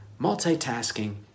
multitasking